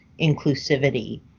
inclusivity